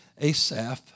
Asaph